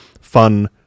fun